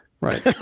Right